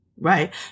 right